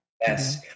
Yes